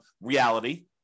reality